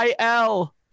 IL